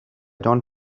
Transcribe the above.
don’t